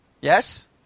Yes